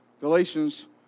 Galatians